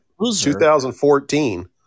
2014